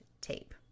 tape